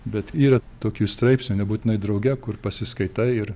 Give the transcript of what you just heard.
bet yra tokių straipsnių nebūtinai drauge kur pasiskaitai ir